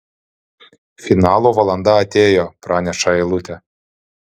finalo valanda atėjo praneša eilutė